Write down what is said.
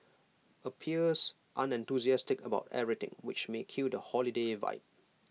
appears unenthusiastic about everything which may kill the holiday vibe